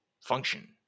function